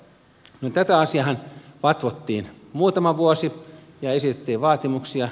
no tätä asiaahan vatvottiin muutama vuosi ja esitettiin vaatimuksia